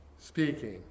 speaking